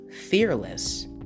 fearless